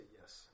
yes